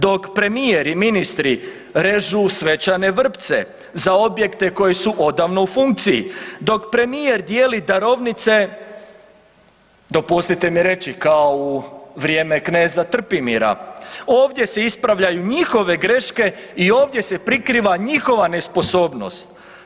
Dok premijer i ministrici režu svečane vrpce za objekte koji su odavno u funkciji, dok premijer dijeli darovnice, dopustite mi reći, kao u vrijeme kneza Trpimira, ovdje se ispravljaju njihove greške i ovdje se prikriva njihova nesposobnost.